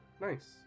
nice